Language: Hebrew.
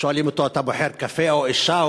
שואלים אותו: אתה בוחר קפה או אישה?